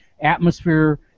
atmosphere